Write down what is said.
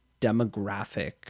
demographic